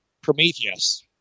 Prometheus